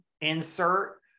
insert